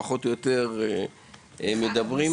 פחות או יותר מדברים --- דרך אגב,